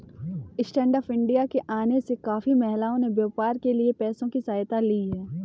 stand up India के आने से काफी महिलाओं ने व्यापार के लिए पैसों की सहायता ली है